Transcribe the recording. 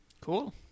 Cool